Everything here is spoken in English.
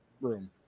room